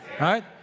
Right